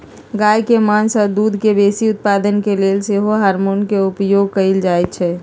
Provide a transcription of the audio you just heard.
गाय के मास आऽ दूध के बेशी उत्पादन के लेल सेहो हार्मोन के उपयोग कएल जाइ छइ